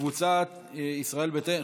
קבוצת סיעת ישראל ביתנו,